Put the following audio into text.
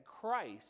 Christ